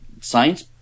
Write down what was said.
science